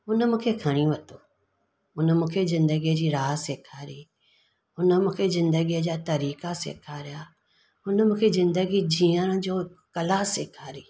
हुन मूंखे खणी वरितो हुन मूंखे ज़िंदगीअ जी राह सेखारी हुन मूंखे ज़िंदगीअ जा तरीक़ा सेखारिया हुन मूंखे ज़िंदगी जीअण जी कला सेखारी